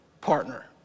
Partner